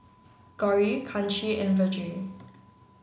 Gauri Kanshi and Vedre